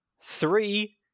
three